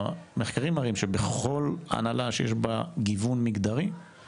המחקרים מראים שבכל הנהלה ששי בה גיוון מגדרי,